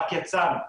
רק יצאנו,